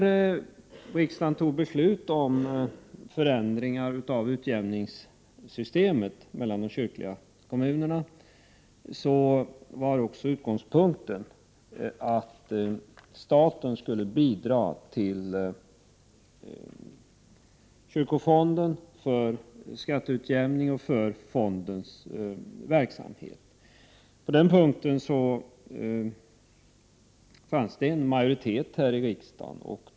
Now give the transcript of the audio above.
När riksdagen fattade beslut om förändringar av utjämningssystemet mellan de kyrkliga kommunerna var utgångspunkten också att staten skulle bidra till kyrkofonden för skatteutjämning och för fondens verksamhet. På den punkten fanns det en majoritet här i riksdagen.